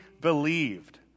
believed